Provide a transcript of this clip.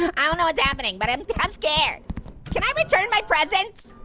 um i don't know what's happening, but i'm i'm scared. can i return my presents?